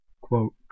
quote